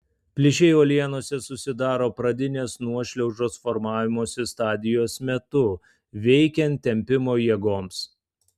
plyšiai uolienose susidaro pradinės nuošliaužos formavimosi stadijos metu veikiant tempimo jėgoms